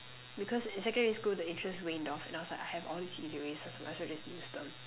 because in secondary school the interest waned off and I was like I have all these erasers might as well just use them